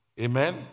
Amen